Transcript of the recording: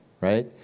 Right